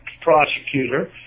prosecutor